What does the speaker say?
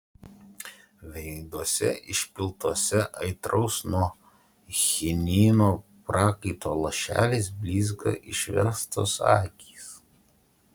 veiduose išpiltuose aitraus nuo chinino prakaito lašeliais blizga išverstos akys